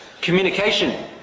communication